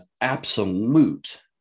absolute